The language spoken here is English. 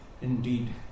indeed